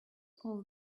all